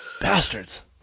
Bastards